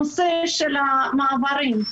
נושא המעברים.